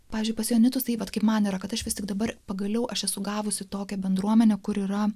pavyzdžiui pas joanitus tai vat kaip man yra kad aš vis tik dabar pagaliau aš esu gavusi tokią bendruomenę kur yra